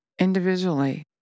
individually